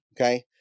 Okay